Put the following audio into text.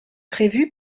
prévue